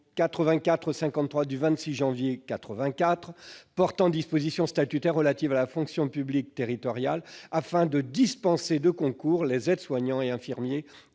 loi du 26 janvier 1984 portant diverses dispositions statutaires relatives à la fonction publique territoriale, afin de dispenser de concours les aides-soignants et infirmiers